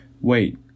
wait